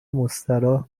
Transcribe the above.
مستراح